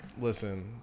Listen